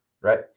Right